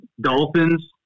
Dolphins